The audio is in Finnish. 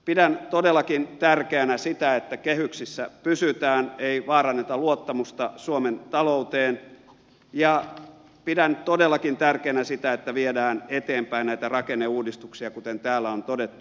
pidän todellakin tärkeänä sitä että kehyksissä pysytään ei vaaranneta luottamusta suomen talouteen ja pidän todellakin tärkeänä sitä että viedään eteenpäin näitä rakenneuudistuksia kuten täällä on todettu